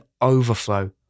overflow